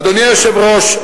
אדוני היושב-ראש,